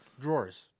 drawers